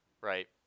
right